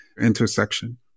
intersection